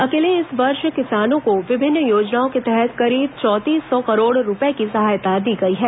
अकेले इस वर्ष किसानों को विभिन्न योजनाओं के तहत करीब चौंतीस सौ करोड़ रूपये की सहायता दी गई है